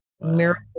miracle